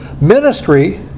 Ministry